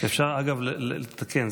אפשר, אגב, לתקן.